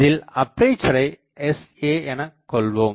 இந்த அப்பேசரை sa எனக்கொள்வோம்